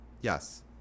Yes